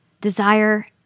desire